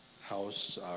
House